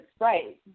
right